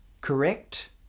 correct